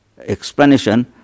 explanation